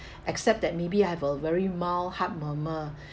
except that maybe I have a very mild heart murmur